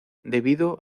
debido